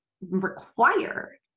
require